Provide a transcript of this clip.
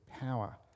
power